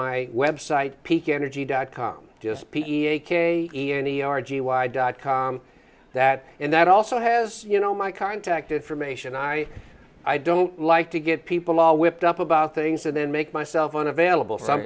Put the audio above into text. my website peak energy dot com just p a k e n e r g y dot com that and that also has you know my contact information i i don't like to get people all whipped up about things and then make myself unavailable some